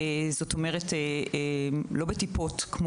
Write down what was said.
לא בטיפות.